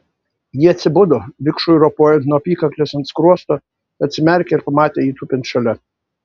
ji atsibudo vikšrui ropojant nuo apykaklės ant skruosto atsimerkė ir pamatė jį tupint šalia